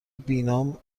بینام